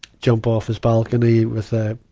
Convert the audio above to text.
jump off his balcony with a,